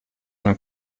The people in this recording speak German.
man